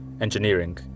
engineering